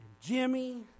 Jimmy